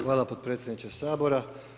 Hvala potpredsjedniče Sabora.